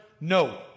no